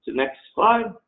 next slide.